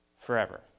forever